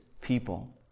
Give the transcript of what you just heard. people